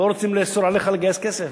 לא רוצים לאסור עליך לגייס כסף?